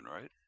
right